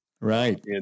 Right